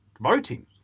voting